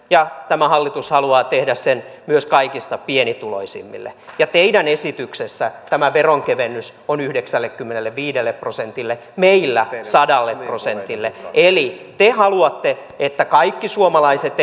ja tämä hallitus haluaa tehdä sen myös kaikista pienituloisimmille teidän esityksessänne tämä veronkevennys on yhdeksällekymmenelleviidelle prosentille meillä sadalle prosentille eli te ette halua että kaikki suomalaiset